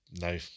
No